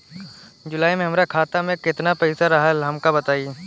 जुलाई में हमरा खाता में केतना पईसा रहल हमका बताई?